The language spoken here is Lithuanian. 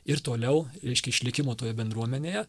ir toliau reiškia išlikimo toje bendruomenėje